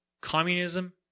communism